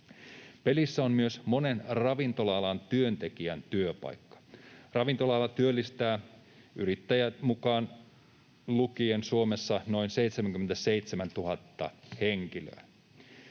Pelissä on myös monen ravintola-alan työntekijän työpaikka. Ravintola-ala työllistää yrittäjät mukaan lukien Suomessa noin 77 000 henkilöä.